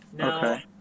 Okay